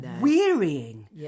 wearying